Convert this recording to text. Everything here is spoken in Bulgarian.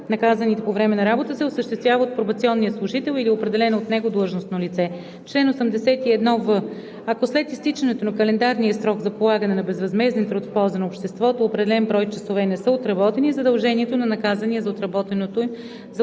наказаните по време на работа се осъществява от пробационния служител или определено от него длъжностно лице. Чл. 81в. Ако след изтичането на календарния срок за полагане на безвъзмезден труд в полза на обществото определен брой часове не са отработени, задължението на наказания за отработването им